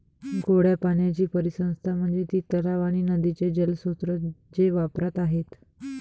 गोड्या पाण्याची परिसंस्था म्हणजे ती तलाव आणि नदीचे जलस्रोत जे वापरात आहेत